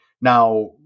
now